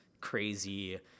crazy